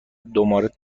دوباره